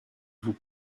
vous